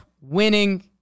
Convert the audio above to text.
winning